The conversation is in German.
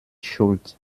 schuld